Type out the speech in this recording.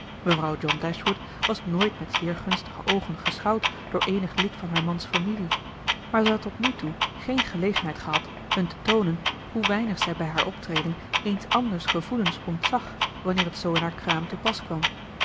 mevrouw john dashwood was nooit met zeer gunstige oogen geschouwd door eenig lid van haar man's familie maar zij had tot nu toe geen gelegenheid gehad hun te toonen hoe weinig zij bij haar optreden eens anders gevoelens ontzag wanneer het zoo in haar kraam te pas kwam